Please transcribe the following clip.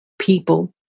people